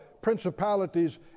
principalities